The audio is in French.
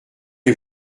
les